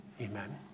amen